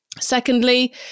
Secondly